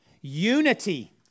Unity